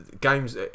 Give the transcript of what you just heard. games